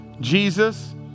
Jesus